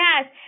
Yes